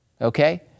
okay